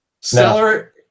Seller